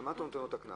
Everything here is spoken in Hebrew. מה אתה נותן לו את הקנס?